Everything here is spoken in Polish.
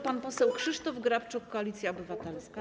Pan poseł Krzysztof Grabczuk, Koalicja Obywatelska.